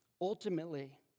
Ultimately